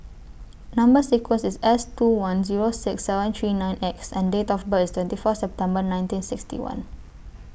Number sequence IS S two one Zero six seven three nine X and Date of birth IS twenty four September nineteen sixty one